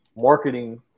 marketing